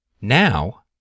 Now